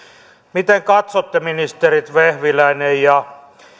miten katsotte ministerit vehviläinen ja